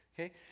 Okay